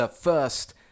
first